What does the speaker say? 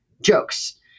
jokes